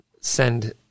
send